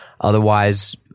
Otherwise